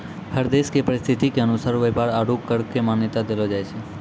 हर देश के परिस्थिति के अनुसार व्यापार आरू कर क मान्यता देलो जाय छै